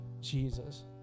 Jesus